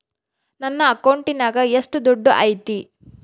ನನ್ನ ಅಕೌಂಟಿನಾಗ ಎಷ್ಟು ದುಡ್ಡು ಐತಿ?